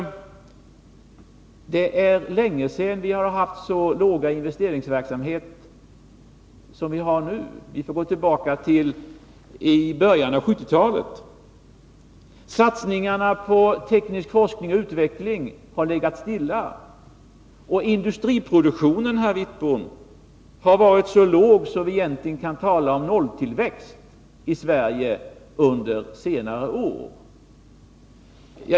Det är länge sedan vi har haft så låg investeringsverksamhet som vi har nu. Vi får gå tillbaka till början av 1970-talet. Satsningarna på teknisk forskning och utveckling har legat stilla, och industriproduktionen har, herr Wittbom, varit så låg att vi egentligen kan tala om nolltillväxt i Sverige under senare år.